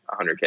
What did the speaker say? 100K